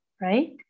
Right